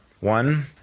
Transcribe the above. One